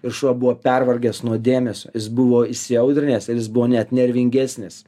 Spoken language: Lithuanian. ir šuo buvo pervargęs nuo dėmesio jis buvo įsiaudrinęs ir jis buvo net nervingesnis